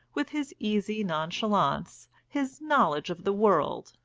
with his easy nonchalance, his knowledge of the world,